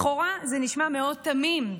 לכאורה זה נשמע מאוד תמים,